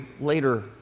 later